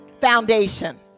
Foundation